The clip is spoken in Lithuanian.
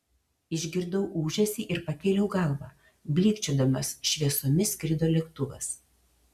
išgirdau ūžesį ir pakėliau galvą blykčiodamas šviesomis skrido lėktuvas